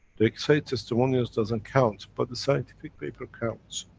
they say, testimonials doesn't count but the scientific paper counts.